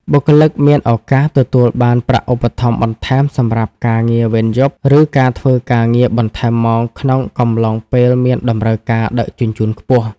បុគ្គលិកមានឱកាសទទួលបានការឧបត្ថម្ភបន្ថែមសម្រាប់ការងារវេនយប់ ឬការធ្វើការងារបន្ថែមម៉ោងក្នុងកំឡុងពេលមានតម្រូវការដឹកជញ្ជូនខ្ពស់។